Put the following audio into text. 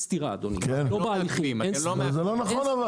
אבל זה לא נכון.